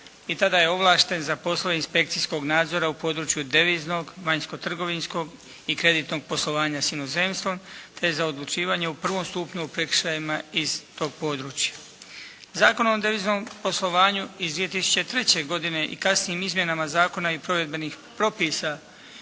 i tada je ovlašten za poslove inspekcijskog nadzora u području deviznog, vanjsko-trgovinskog i kreditnog poslovanja sa inozemstvom, te za odlučivanje u prvom stupnju o prekršajima iz tog područja. Zakonom o deviznom poslovanju iz 2003. godine i kasnijim izmjenama zakona i provedbenih propisa